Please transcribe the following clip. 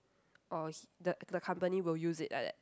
or the the company will use it like that